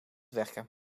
werken